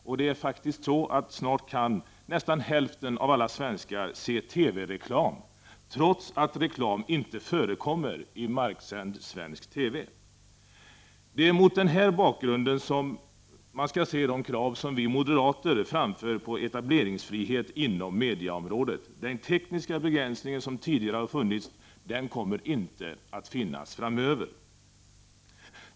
Snart kan faktiskt nästan hälften av alla svenskar se TV-reklam, trots att reklam inte förekommer i marksänd svensk TV. Det är mot den bakgrunden som man skall se det krav på etableringsfrihet inom mediaområdet som vi moderater framför. Den tidigare tekniska begränsningen kommer inte att finnas framöver.